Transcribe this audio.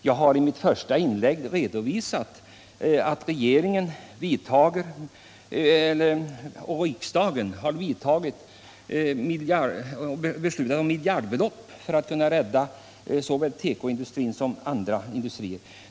Jag har i mitt första inlägg redovisat att riksdagen har beslutat om miljardbelopp för att kunna rädda såväl tekoindustrin som andra industrier.